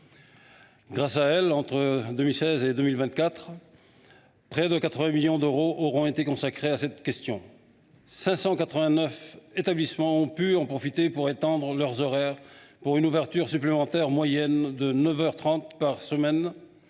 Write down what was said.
Grâce à elle, entre 2016 et 2024, près de 80 millions d’euros auront été consacrés à cette question. Quelque 589 établissements ont pu en profiter pour étendre leurs horaires, à raison d’une ouverture supplémentaire moyenne de neuf heures